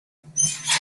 comes